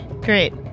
Great